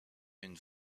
une